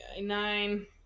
nine